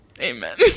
Amen